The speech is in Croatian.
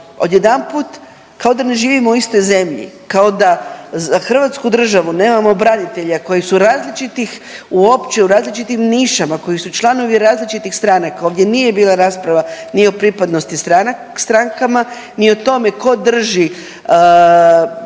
odjedanput kao da ne živimo u istoj zemlji, kao da za Hrvatsku državu nemamo branitelja koji su različitih, uopće u različitim nišama, koji su članovi različitih stranaka. Ovdje nije bila rasprava ni o pripadnosti strankama, ni o tome tko drži